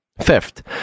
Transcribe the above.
fifth